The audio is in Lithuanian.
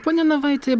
pone navaiti